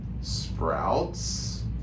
sprouts